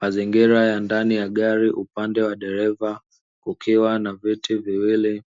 Mazingira ya ndani ya gari upande wa dereva, kukiwa na viti viwili,